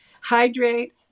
hydrate